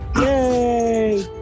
Yay